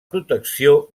protecció